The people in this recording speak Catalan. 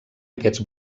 aquests